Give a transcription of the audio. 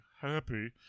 Happy